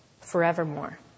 forevermore